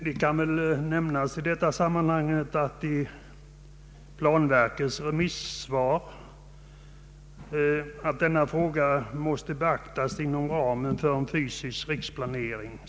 Det kan nämnas att planverket i sitt remissvat framhållit att motionärernas önskemål bör kunna tillgodoses inom ramen för en fysisk riksplanering.